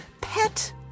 pet